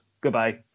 Goodbye